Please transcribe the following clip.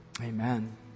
Amen